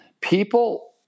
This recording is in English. people